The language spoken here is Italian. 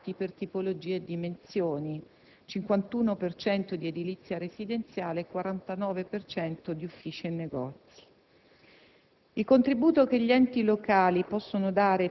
e soprattutto la realizzazione di alloggi diversificati per tipologia e dimensioni (51 per cento di edilizia residenziale e 49 per cento di uffici e negozi).